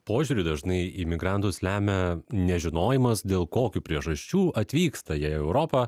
požiūrį dažnai į migrantus lemia nežinojimas dėl kokių priežasčių atvyksta jie į europą